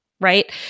right